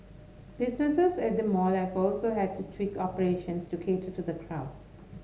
businesses at the mall life have also had to tweak operations to cater to the crowd